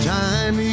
time